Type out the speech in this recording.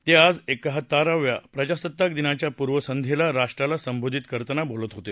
ते आज एकाहत्तराव्या प्रजासत्ताक दिनाच्या पूर्वसंध्येला राष्ट्राला संबोधित करताना बोलत होते